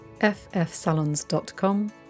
ffsalons.com